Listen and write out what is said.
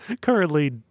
Currently